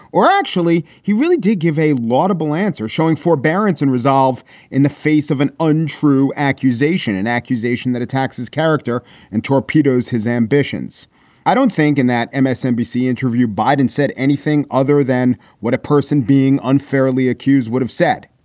or actually he really did give a laudable answer, showing forbearance and resolve in the face of an untrue accusation and accusation that attacks his character and torpedoes his ambitions i don't think in that msnbc interview, biden said anything other than what a person being unfairly accused would have said.